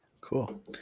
cool